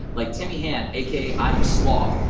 like, timmy ham, aka i am sloth.